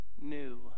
new